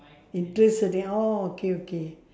interesting thing orh okay okay